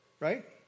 Right